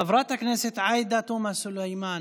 חברת הכנסת עאידה תומא סלימאן,